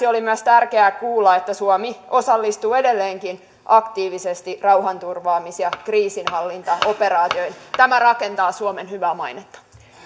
oli myös tärkeää kuulla että suomi osallistuu edelleenkin aktiivisesti rauhanturvaamis ja kriisinhallintaoperaatioihin tämä rakentaa suomen hyvää mainetta